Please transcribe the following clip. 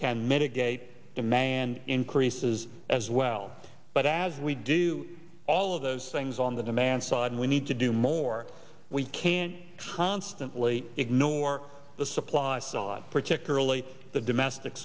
can mitigate demand increases as well but as we do all of those things on the demand side and we need to do more we can't constantly ignore the supply us a lot particularly the domestic